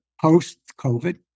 post-COVID